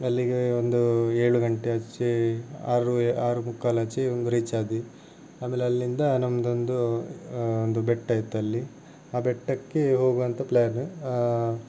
ಅಲ್ಲಿಗೆ ಒಂದು ಏಳು ಗಂಟೆ ಆಚೆ ಆರು ಆರು ಮುಕ್ಕಾಲಾಚೆ ಒಂದು ರೀಚ್ ಆದ್ವಿ ಆಮೇಲೆ ಅಲ್ಲಿಂದ ನಮ್ಮದೊಂದು ಒಂದು ಬೆಟ್ಟ ಇತ್ತಲ್ಲಿ ಆ ಬೆಟ್ಟಕ್ಕೆ ಹೋಗುವ ಅಂತ ಪ್ಲ್ಯಾನ್